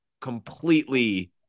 completely